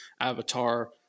Avatar